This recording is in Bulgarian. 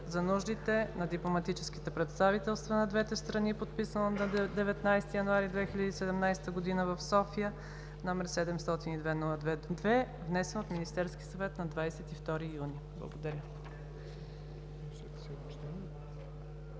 за нуждите на дипломатическите представителства на двете страни, подписано на 19 януари 2017 г. в София, № 702-02-2, внесен от Министерския съвет на 22 юни 2017 г.“ Благодаря.